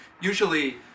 usually